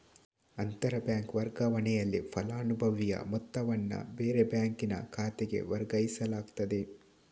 ಅಂತರ ಬ್ಯಾಂಕ್ ವರ್ಗಾವಣೆನಲ್ಲಿ ಫಲಾನುಭವಿಯ ಮೊತ್ತವನ್ನ ಬೇರೆ ಬ್ಯಾಂಕಿನ ಖಾತೆಗೆ ವರ್ಗಾಯಿಸಲಾಗ್ತದೆ